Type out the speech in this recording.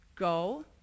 Go